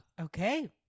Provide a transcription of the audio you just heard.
Okay